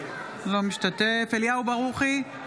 אינו משתתף בהצבעה אליהו ברוכי,